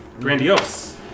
Grandiose